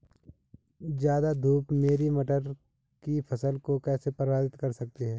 ज़्यादा धूप मेरी मटर की फसल को कैसे प्रभावित कर सकती है?